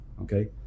okay